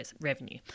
revenue